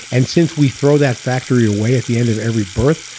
and since we throw that factory away at the end of every birth,